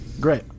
Great